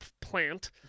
plant